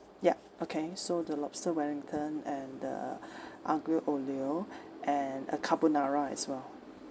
yup okay so the lobster wellington and the aglio olio and a carbonara as well